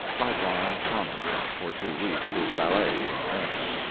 by john thomas, for two weeks his valet in america.